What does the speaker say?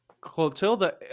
Clotilda